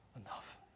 enough